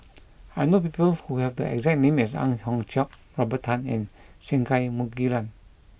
I know people who have the exact name as Ang Hiong Chiok Robert Tan and Singai Mukilan